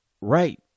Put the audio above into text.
Right